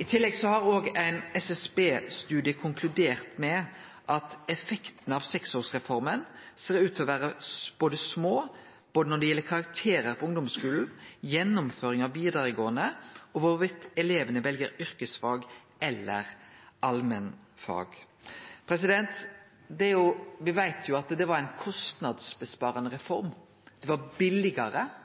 I tillegg har ein SSB-studie konkludert med at effekten av seksårsreforma ser ut til å vere liten, både når det gjeld karakterar på ungdomsskulen, gjennomføring av vidaregåande, og i kva grad elevane vel yrkesfag eller allmennfag. Me veit jo at det var ei kostnadssparande reform. Det var